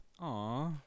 Aw